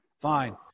Fine